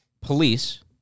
police